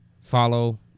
follow